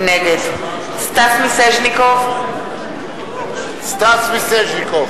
נגד סטס מיסז'ניקוב - סטס מיז'סניקוב.